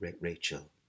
Rachel